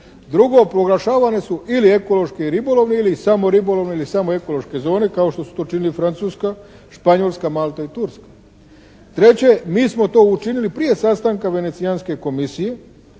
Drugo, proglašavane su ili ekološke i ribolovne ili samo ribolovne ili samo ekološke zone kao što su to učinili Francuska, Španjolska, Malta i Turska. Treće, mi smo to učinili prije sastanka Venecijanske komisije